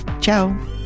Ciao